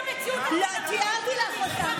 תתארי לי את המציאות, תיארתי לך אותה.